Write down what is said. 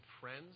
friends